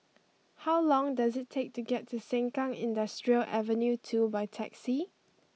how long does it take to get to Sengkang Industrial Avenue two by taxi